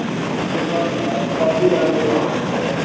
ताका लागोन तुका फ्लायटा तीन वरां पयलीं पावपा जाय मरे